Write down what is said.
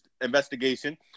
investigation